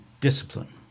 discipline